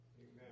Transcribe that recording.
Amen